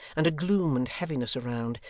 and a gloom and heaviness around,